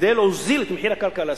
כדי להוזיל את הקרקע להשכרה.